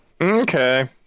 Okay